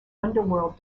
underworld